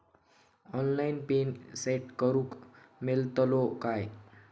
Online pin set करूक मेलतलो काय?